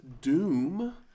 Doom